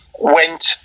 went